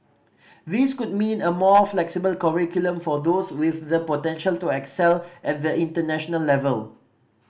this could mean a more flexible curriculum for those with the potential to excel at the international level